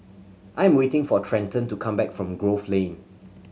I am waiting for Trenton to come back from Grove Lane